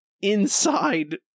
inside